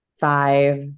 five